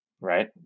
right